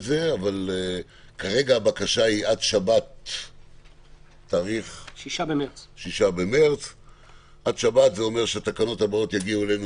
זה אבל כרגע הבקשה היא עד 6.3. זה אומר שהתקנות הבאות יגיעו אלינו